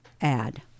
add